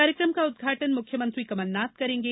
कार्यक्रम का उद्घाटन मुख्यमंत्री कमलनाथ करेंगे